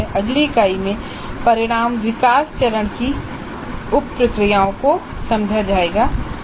अगली इकाई में परिणाम विकास चरण की उप प्रक्रियाओं को समझा जाएगा